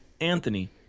Anthony